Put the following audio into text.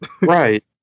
Right